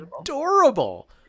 adorable